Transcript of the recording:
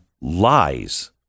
lies